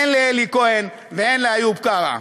הן לאלי כהן והן לאיוב קרא.